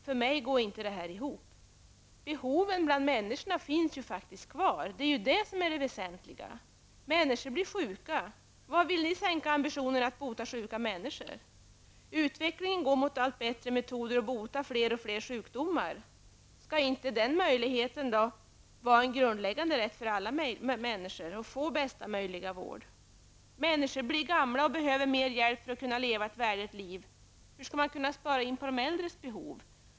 För mig går inte det här ihop. Människans behov finns ju kvar. Det är det som är det väsentliga. Människor blir sjuka. Var vill ni sänka ambitionerna att bota sjuka människor? Utvecklingen går mot allt bättre metoder att bota fler och fler sjukdomar. Skall inte alla människor ha en grundläggande rätt att få bästa möjliga vård? Människor blir gamla och behöver därmed mer hjälp för att kunna leva ett värdigt liv. Hur skall man kunna spara in på de äldres behov?